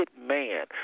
man